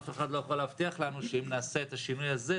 אף אחד לא יכול להבטיח לנו שאם נעשה את השינוי הזה,